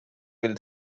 will